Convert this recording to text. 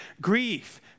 Grief